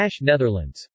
Netherlands